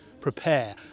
prepare